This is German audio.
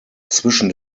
zwischen